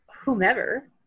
whomever